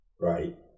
Right